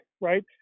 Right